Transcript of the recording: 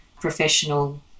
professional